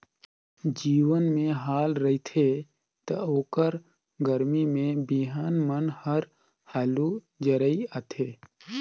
जमीन में हाल रहिथे त ओखर गरमी में बिहन मन हर हालू जरई आथे